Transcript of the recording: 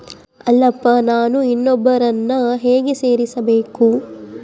ಅಲ್ಲಪ್ಪ ನಾನು ಇನ್ನೂ ಒಬ್ಬರನ್ನ ಹೇಗೆ ಸೇರಿಸಬೇಕು?